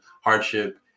hardship